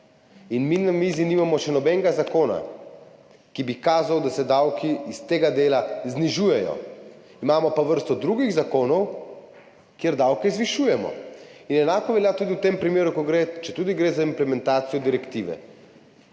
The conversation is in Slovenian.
In mi na mizi nimamo še nobenega zakona, ki bi kazal, da se davki iz tega dela znižujejo. Imamo pa vrsto drugih zakonov, kjer davke zvišujemo. In enako velja tudi v tem primeru, četudi gre za implementacijo direktive.